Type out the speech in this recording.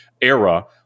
era